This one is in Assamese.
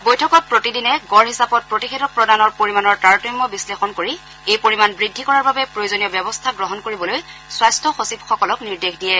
বৈঠকত প্ৰতিদিনে গড় হিচাপত প্ৰতিষেধক প্ৰদানৰ পৰিমানৰ তাৰতম্য বিশ্লেষণ কৰি এই পৰিমান বৃদ্ধি কৰাৰ বাবে প্ৰয়োজনীয় ব্যবস্থা গ্ৰহণ কৰিবলৈ স্বাস্থ্য সচিবসকলক নিৰ্দেশ দিয়ে